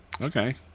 okay